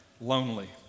lonely